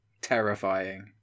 terrifying